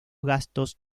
gastos